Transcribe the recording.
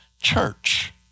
church